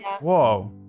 Whoa